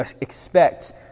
expect